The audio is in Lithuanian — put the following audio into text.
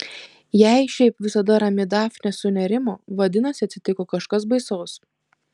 jei šiaip visada rami dafnė sunerimo vadinasi atsitiko kažkas baisaus